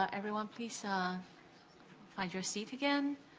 everyone. please ah find your seat again.